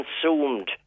consumed